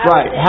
Right